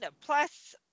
plus